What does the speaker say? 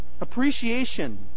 Appreciation